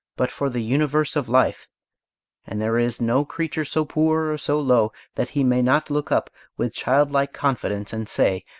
but for the universe of life and there is no creature so poor or so low that he may not look up with child-like confidence and say,